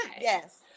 Yes